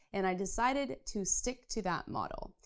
and i decided to stick to that model.